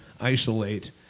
isolate